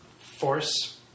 force